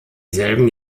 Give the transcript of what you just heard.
selben